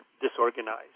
disorganized